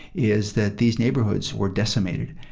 is that these neighborhoods were decimated,